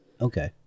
Okay